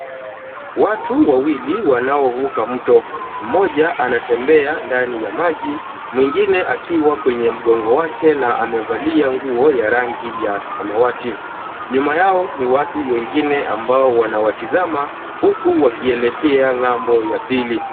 Watu wawili wanaovuka mto. Mmoja anatembea ndani ya maji, mwingine akiwa kwenye mgongo wake na amevalia nguo ya rangi ya samawati. Nyuma yao ni watu wengine ambao wanawatazama, huku wakielekea ng'ambo ya pili.